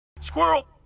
squirrel